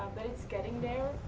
it's getting there,